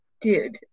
dude